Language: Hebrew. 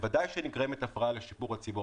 בוודאי שנגרמת הפרעה בשירות לציבור.